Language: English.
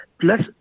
plus